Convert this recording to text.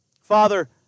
Father